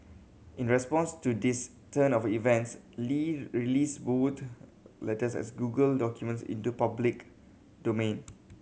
in response to this turn of events Li released both letters as Google documents into public domain